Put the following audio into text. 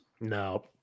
No